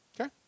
Okay